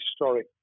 historic